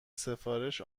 سفارش